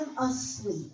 asleep